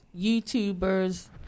YouTubers